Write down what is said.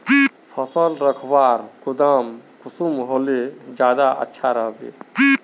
फसल रखवार गोदाम कुंसम होले ज्यादा अच्छा रहिबे?